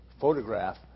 photograph